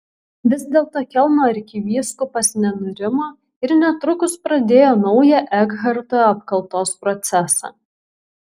vis dėlto kelno arkivyskupas nenurimo ir netrukus pradėjo naują ekharto apkaltos procesą